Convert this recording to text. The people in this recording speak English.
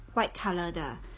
white colour 的